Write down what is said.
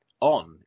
On